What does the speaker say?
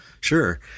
sure